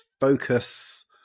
focus